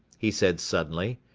he said suddenly,